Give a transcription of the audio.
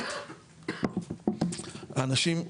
האנשים,